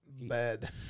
bad